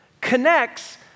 connects